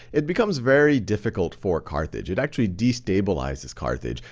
it becomes very difficult for carthage. it actually de-stabilizes carthage.